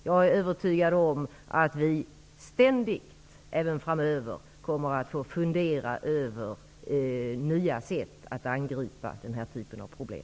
Jag är övertygad om att vi även framöver ständigt kommer att få fundera över nya sätt att angripa den här typen av problem.